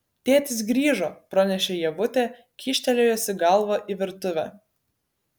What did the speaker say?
tėtis grįžo pranešė ievutė kyštelėjusi galvą į virtuvę